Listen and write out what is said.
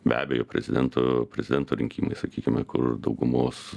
be abejo prezidento prezidento rinkimai sakykime kur daugumos